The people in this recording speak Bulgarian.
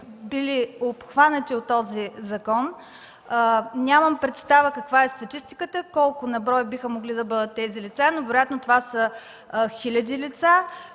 били обхванати от този закон. Нямам представа каква е статистиката, колко на брой биха могли да бъдат тези лица, но вероятно са хиляди и